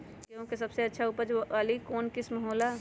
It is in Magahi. गेंहू के सबसे अच्छा उपज वाली कौन किस्म हो ला?